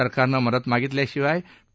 सरकारनं मदत मागितल्याशिवाय पी